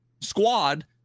squad